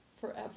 forever